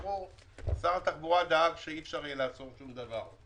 אמרו: שר התחבורה דאג שאי אפשר יהיה לקחת שום דבר,